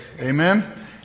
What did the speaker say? Amen